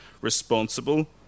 responsible